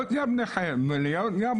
להיות גם נכה, גם הומו?